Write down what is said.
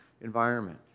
environment